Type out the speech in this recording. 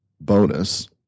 bonus